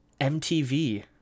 MTV